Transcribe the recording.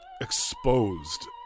exposed